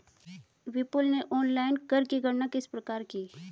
विपुल ने ऑनलाइन कर की गणना किस प्रकार की?